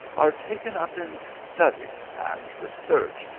are taken up in study and research,